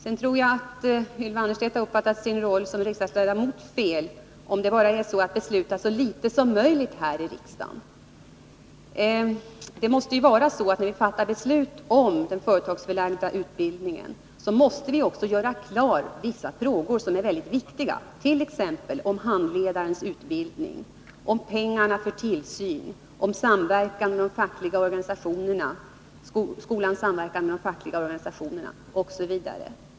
Jag anser också att Ylva Annerstedt har uppfattat sin roll som riksdagsledamot fel, om hon tror att det bara gäller att besluta så litet som möjligt här i riksdagen. Det måste vara så att när vi t.ex. fattar beslut om den företagsförlagda utbildningen skall vi också klargöra vissa frågor som är mycket viktiga för verksamheten — t.ex. om handledarens utbildning, om pengarna för tillsynen, om skolans samverkan med de fackliga organisationerna osv.